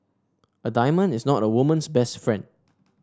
a diamond is not a woman's best friend